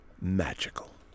magical